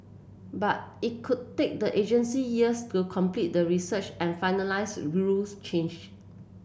but it could take the agency years to complete the research and finalise rule change